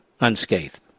unscathed